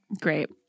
Great